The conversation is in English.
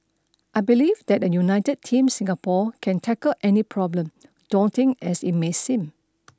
I believe that a united Team Singapore can tackle any problem daunting as it may seem